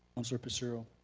councilor passero.